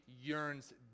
yearns